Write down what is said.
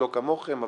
לא כמוכם,